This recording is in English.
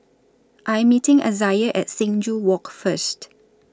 I'm meeting Izaiah At Sing Joo Walk First